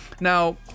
Now